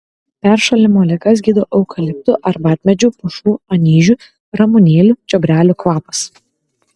peršalimo ligas gydo eukaliptų arbatmedžių pušų anyžių ramunėlių čiobrelių kvapas